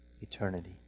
eternity